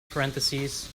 parentheses